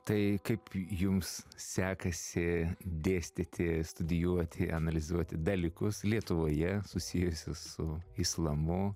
tai kaip jums sekasi dėstyti studijuoti analizuoti dalykus lietuvoje susijusius su islamu